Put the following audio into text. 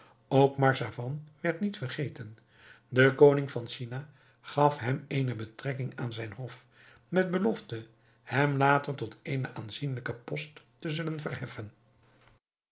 ook marzavan werd niet vergeten de koning van china gaf hem eene betrekking aan zijn hof met belofte hem later tot eene aanzienlijke post te zullen verheffen